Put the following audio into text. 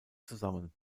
zusammen